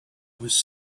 was